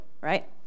right